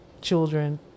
children